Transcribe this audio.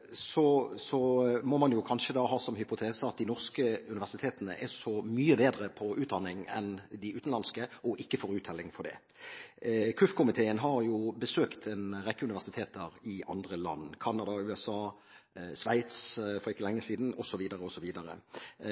så vidt jeg husker fra Times Higher Education, vektes utdanningstilbudet og kvaliteten med 30 pst., samt en rekke andre faktorer naturligvis – må man kanskje ha som hypotese at de norske universitetene er så mye bedre på utdanning enn de utenlandske, og ikke får uttelling for det. KUF-komiteen har besøkt en rekke universiteter i andre land – Canada og USA, Sveits for ikke lenge siden, osv., osv.